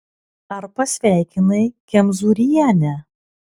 ar pasveikinai kemzūrienę